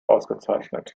ausgezeichnet